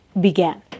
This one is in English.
began